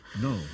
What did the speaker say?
No